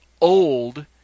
old